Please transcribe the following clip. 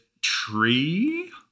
tree